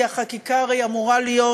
כי החקיקה הרי אמורה להיות